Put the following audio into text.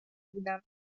بودم